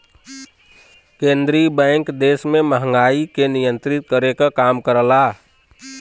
केंद्रीय बैंक देश में महंगाई के नियंत्रित करे क काम करला